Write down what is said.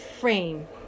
frame